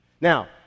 Now